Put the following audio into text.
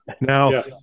Now